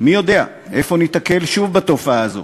מי יודע איפה ניתקל שוב בתופעה הזו